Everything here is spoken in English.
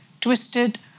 Twisted